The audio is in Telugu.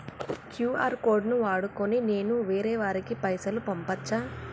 క్యూ.ఆర్ కోడ్ ను వాడుకొని నేను వేరే వారికి పైసలు పంపచ్చా?